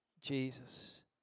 Jesus